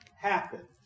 happen